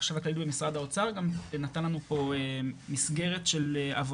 החשב הכללי במשרד האוצר גם נתן לנו פה מסגרת של עבודה